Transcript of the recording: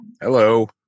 Hello